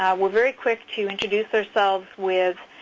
um we're very quick to introduce ourselves with